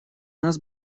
нас